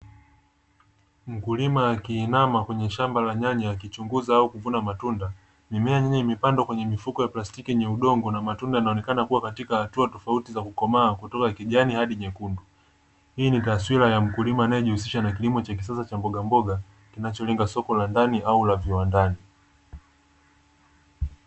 Mkulima akiinama kwenye shamba la nyanya akichunguza au kuvuna matunda, mimea ya nyanya imepandwa kwenye mifuko ya plastiki yenye udongo na matunda yanaonekana kuwa katika hatua tofauti za kukomaa kutoka kijani hadi nyekundu, hii ni taswira ya mkulima anayejihusisha na kilimo cha kisasa cha mbogamboga kinacholenga soko la ndani au la viwandani.